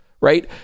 right